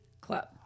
club